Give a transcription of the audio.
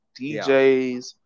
DJs